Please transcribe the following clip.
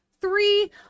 Three